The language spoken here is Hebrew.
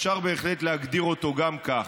אפשר בהחלט להגדיר אותו גם כך.